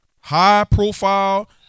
high-profile